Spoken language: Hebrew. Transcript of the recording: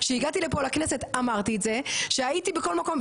שהגעתי לפה לכנסת אמרתי את זה שהייתי בכל מקום,